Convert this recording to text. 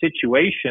situation